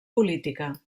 política